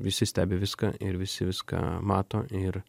visi stebi viską ir visi viską mato ir